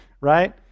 right